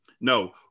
No